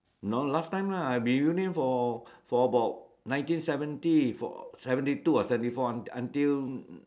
no last time lah I been union for for about nineteen seventy for seventy two or seventy four aunt until